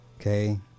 Okay